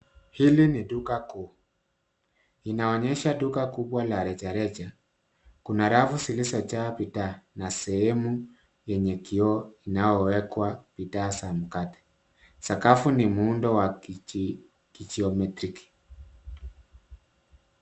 Hili ni Duka Kuu, inaonesha duka kubwa la rejareja. Kuna rafu zilizojaa bidhaa na sehemu yenye kioo inayowekwa bidhaa za mikate. Sakafu ni muundo wa kijiometri.